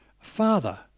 father